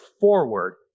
forward